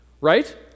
right